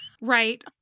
Right